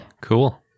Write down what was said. Cool